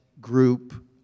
group